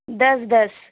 دس دس